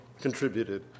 contributed